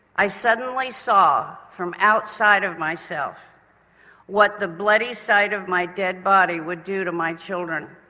i suddenly saw from outside of myself what the bloody sight of my dead body would do to my children.